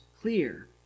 clear